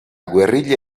guerriglia